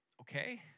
okay